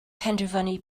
penderfynu